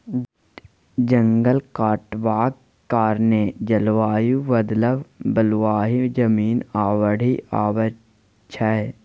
जंगल कटबाक कारणेँ जलबायु बदलब, बलुआही जमीन, आ बाढ़ि आबय छै